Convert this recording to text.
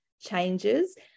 changes